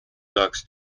ducks